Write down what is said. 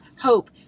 hope